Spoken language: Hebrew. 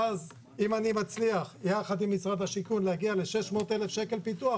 ואז אם אני מצליח יחד עם משרד השיכון להגיע ל-600,000 שקלים פיתוח,